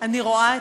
אני רואה אתכם,